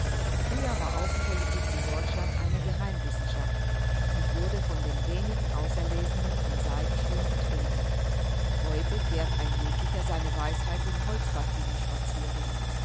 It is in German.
früher war außenpolitik in deutschland eine geheimwissenschaft und wurde von den wenigen auserlesenen in seidenschuhen betrieben heute fährt ein jeglicher seine weisheit in holzpantinen spazieren